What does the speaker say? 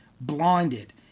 blinded